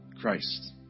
Christ